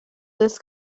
this